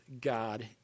God